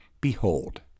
Behold